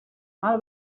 mal